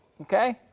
Okay